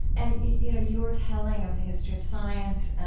and you know your telling of the history of science,